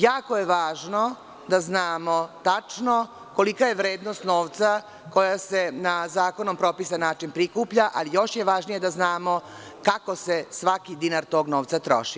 Jako je važno da znamo tačno kolika je vrednost novca koja se na zakonom propisan način prikuplja, ali još je važnije da znamo kako se svaki dinar tog novca troši.